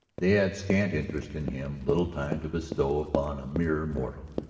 they had scant interest in him, little time to bestow upon a mere mortal.